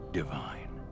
divine